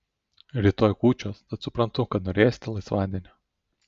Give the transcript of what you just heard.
rytoj kūčios tad suprantu kad norėsite laisvadienio